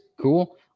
Cool